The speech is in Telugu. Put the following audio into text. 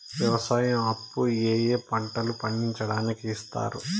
వ్యవసాయం అప్పు ఏ ఏ పంటలు పండించడానికి ఇస్తారు?